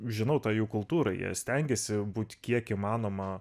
žinau tą jų kultūrą jie stengiasi būt kiek įmanoma